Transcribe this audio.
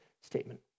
statement